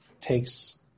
takes